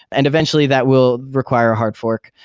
and eventually that will require a hard fork.